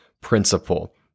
principle